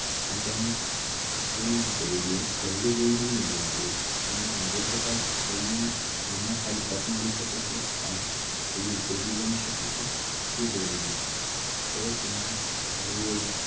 અન તેમણે એવું ના કરવું જોઈએ સહેલું જોઈને ન જવું જોઈએ તેમને આગળ જતાં કઈ સામાં સારી તક મળી શકે છે સામાં કયું ઉપયોગી બની શકે છે તે જરૂરી છે તો તેમણે સારું એવું